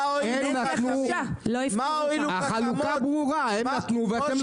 מה הועילו חכמים --- החלוקה ברורה הם נתנו ואתם לוקחים.